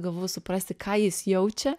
gavau suprasti ką jis jaučia